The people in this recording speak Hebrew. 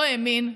לא האמין,